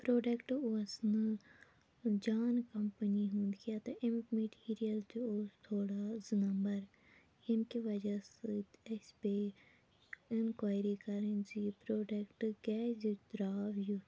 product اوس نہٕ جان کَمپٔنی ہُنٛد کیٚنہہ تہٕ اَمیُک میٹیٖریَل تہِ اوس تھوڑا زٕ نَمبر ییٚمہِ کہِ وجہہ سۭتۍ اَسہِ پیٚیہِ اِنکوایری کَرٕنۍ زِ یہِ پروڈَکٹ کیٛازِ درٛاو یُتھ